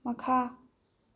ꯃꯈꯥ